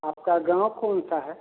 आपका गाँव कौन सा है